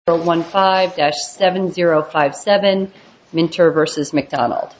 well one five seven zero five seven mentor versus mcdonald